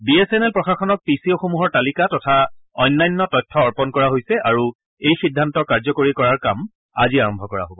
B S N L প্ৰশাসনক P C অ'সমূহৰ তালিকা তথা অন্যান্য তথ্য অৰ্পন কৰা হৈছে আৰু এই সিদ্ধান্ত কাৰ্যকৰী কৰাৰ কাম আজি আৰম্ভ কৰা হ'ব